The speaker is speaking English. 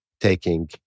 taking